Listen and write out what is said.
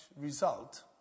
result